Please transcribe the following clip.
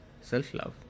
self-love